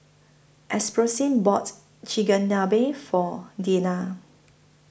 Alphonsine bought Chigenabe For Deanna